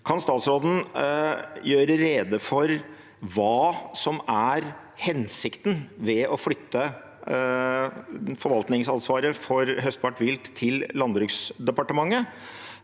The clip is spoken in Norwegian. Kan statsråden gjøre rede for hva som er hensikten med å flytte forvaltningsansvaret for høstbart vilt til Landbruks- og matdepartementet?